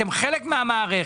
אתם חלק מהמערכת.